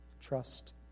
Trust